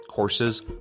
Courses